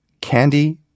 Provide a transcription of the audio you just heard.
candy